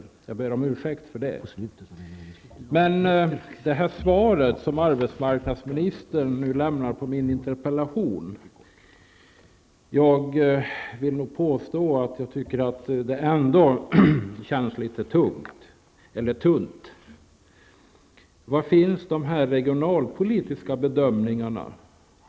Jag ber om ursäkt för det. Jag vill nog ändå påstå att jag tycker att det svar som arbetsmarknadsministern lämnar på min interpellation känns litet tunt. Var finns de regionalpolitiska bedömningarna?